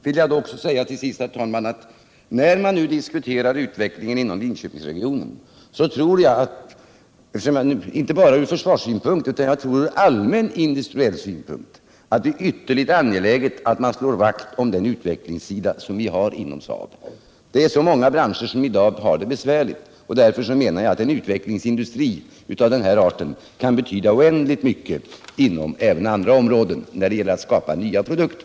Till sist, herr talman, när vi diskuterar en utveckling inom Linköpingsregionen vill jag säga att det inte bara från försvarssynpunkt utan från allmän industriell synpunkt är ytterligt angeläget att slå vakt om den utvecklingssida vi har inom SAAB. Det är så många branscher som i dag har det besvärligt att en utvecklingsindustri av den här arten kan betyda oerhört mycket även inom andra områden när det gäller att skapa nya produkter.